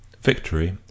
Victory